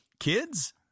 Kids